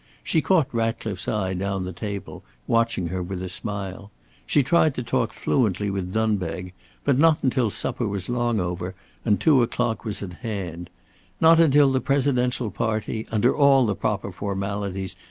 she caught ratcliffe's eye down the table, watching her with a smile she tried to talk fluently with dunbeg but not until supper was long over and two o'clock was at hand not until the presidential party, under all the proper formalities,